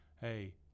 hey